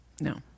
No